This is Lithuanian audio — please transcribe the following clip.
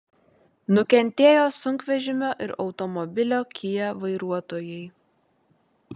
nukentėjo sunkvežimio ir automobilio kia vairuotojai